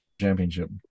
Championship